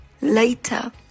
later